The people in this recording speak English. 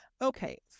okay